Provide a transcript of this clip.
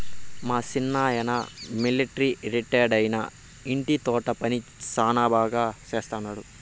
మా సిన్నాయన మిలట్రీ రిటైరైనా ఇంటి తోట పని శానా బాగా చేస్తండాడు